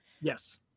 Yes